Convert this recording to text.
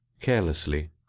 carelessly